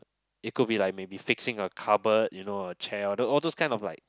it could be like maybe fixing a cupboard you know a chair all those all those kind of like